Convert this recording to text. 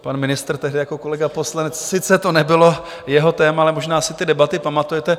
Pan ministr, tehdy jako kolega poslanec, sice to nebylo jeho téma, ale možná si ty debaty pamatujete.